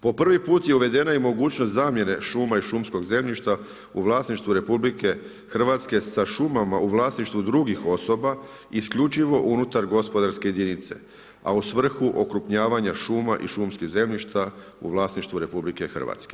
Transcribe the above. Po prvi put je uvedena i mogućnost zamjene šuma i šumskog zemljišta u vlasništvu RH sa šumama u vlasništvu drugih osoba isključivo unutar gospodarske jedinice, a u svrhu okrupljavanja šuma i šumskih zemljišta u vlasništvu RH.